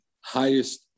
highest